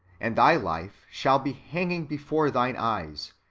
and thy life shall be hanging before thine eyes,